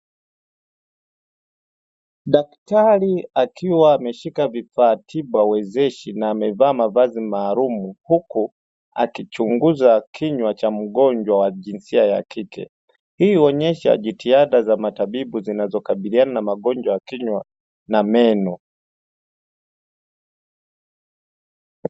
Daktari akiwa ameshika vifaa tiba wezeshi na amevaa mavazi maalumu, huku akichunguza kinywa cha mgonjwa wa jinsia ya kike. Hii huonyesha jitihada za matabibu zinazokabiliana na magonjwa ya kinywa na meno.